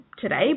today